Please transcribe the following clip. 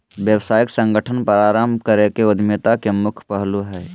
व्यावसायिक संगठन प्रारम्भ करे के उद्यमिता के मुख्य पहलू हइ